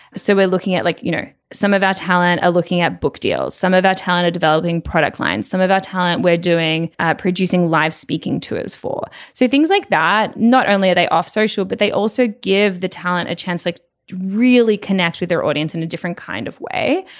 so we're looking at like you know some of that talent are looking at book deals some of that talent to developing product lines some of our talent we're doing producing live speaking to us for so things like that. not only are they off social but they also give the talent a chance to like really connect with their audience in a different kind of way.